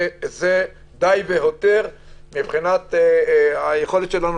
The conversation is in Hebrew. זה די והותר לטעמי מבחינת היכולת שלנו